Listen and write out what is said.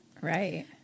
Right